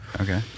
Okay